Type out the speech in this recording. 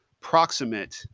proximate